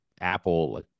Apple